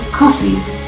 coffees